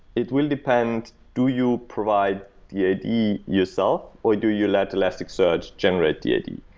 it will depend, do you provide the i d. yourself, or do you let elasticsearch generate the i d?